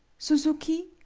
suzuki,